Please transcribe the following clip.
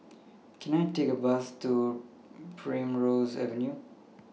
Can I Take A Bus to Primrose Avenue